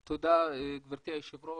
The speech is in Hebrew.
תודה, גברתי היושבת-ראש.